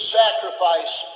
sacrifice